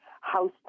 house